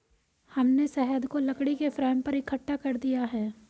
हमने शहद को लकड़ी के फ्रेम पर इकट्ठा कर दिया है